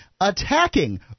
attacking